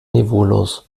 niveaulos